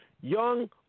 Young